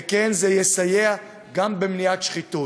וכן, זה יסייע גם במניעת שחיתות.